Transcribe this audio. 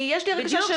יש לי הרגשה שלא.